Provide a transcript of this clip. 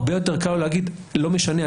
הרבה יותר קל לו להגיד שלא משנה,